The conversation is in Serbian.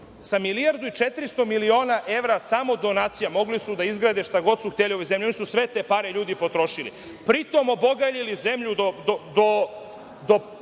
milijardu i 400 miliona evra samo donacija, mogli su da izgrade šta god su hteli u ovoj zemlji, a oni su sve te pare, ljudi, potrošili. Pri tom, obogaljili su zemlju do